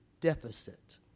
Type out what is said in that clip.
deficit